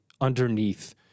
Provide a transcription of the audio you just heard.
underneath